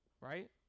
Right